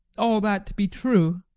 all that to be true